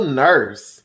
nurse